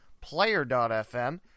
Player.fm